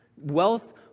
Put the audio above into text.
wealth